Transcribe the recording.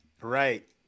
Right